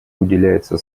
уделяется